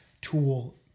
tool